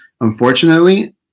unfortunately